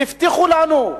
והבטיחו לנו.